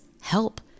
help